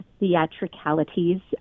theatricalities